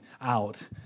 out